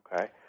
Okay